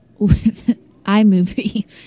iMovie